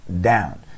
down